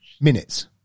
minutes